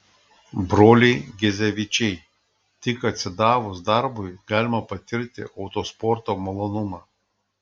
broliai gezevičiai tik atsidavus darbui galima patirti autosporto malonumą